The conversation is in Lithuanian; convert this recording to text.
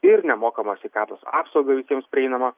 ir nemokamą sveikatos apsaugą visiems prieinamą